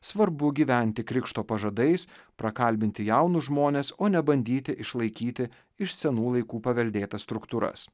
svarbu gyventi krikšto pažadais prakalbinti jaunus žmones o ne bandyti išlaikyti iš senų laikų paveldėtas struktūras